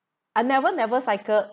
I never never cycle